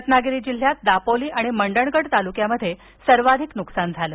रत्नागिरी जिल्ह्यात दापोली आणि मंडणगड तालुक्यात सर्वाधिक नुकसान झालं